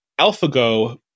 AlphaGo